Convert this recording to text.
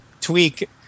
tweak